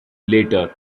later